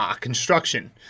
construction